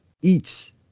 eats